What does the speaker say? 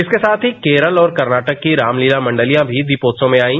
इसके साथ ही केरल और कर्नाटक के रामलीला मंडलियां भी दीपोत्सव में आईं